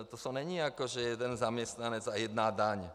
To není jako že jeden zaměstnanec a jedna daň.